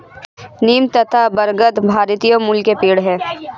नीम तथा बरगद भारतीय मूल के पेड है